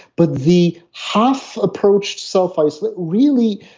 but the half approached self-isolation, really,